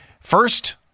First